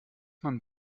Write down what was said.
man